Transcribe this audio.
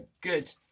good